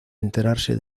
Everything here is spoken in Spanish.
enterarse